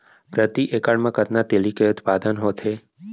प्रति एकड़ मा कतना तिलि के उत्पादन होथे?